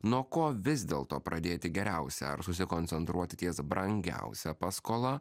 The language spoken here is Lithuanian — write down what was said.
nuo ko vis dėlto pradėti geriausia susikoncentruoti ties brangiausia paskola